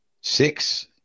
six